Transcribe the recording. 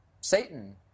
Satan